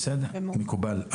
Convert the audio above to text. בסדר, מקובל.